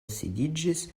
sidiĝis